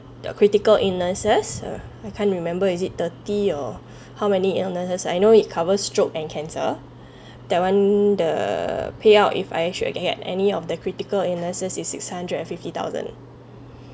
the critical illnesses ah I can't remember is it thirty or how many illnesses I know it covers stroke and cancer that one the payout if I should get any of the critical illnesses is six hundred and fifty thousand